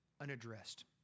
unaddressed